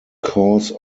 cause